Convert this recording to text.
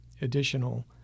additional